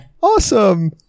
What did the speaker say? Awesome